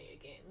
again